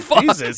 Jesus